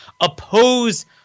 oppose